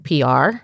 PR